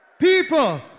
People